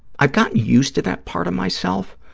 i've gotten used to that part of myself,